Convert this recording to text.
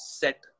set